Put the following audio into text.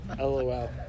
LOL